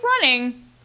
running